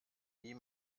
nie